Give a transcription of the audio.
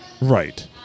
Right